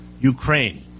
Ukraine